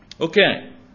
Okay